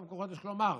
כלומר,